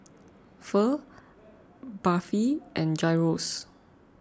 Pho Barfi and Gyros